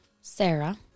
Sarah